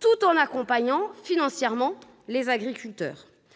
tout en accompagnant financièrement les agriculteurs